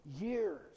years